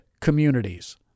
communities